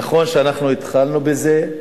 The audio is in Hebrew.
נכון שאנחנו התחלנו בזה,